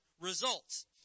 results